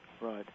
Right